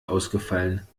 ausgefallen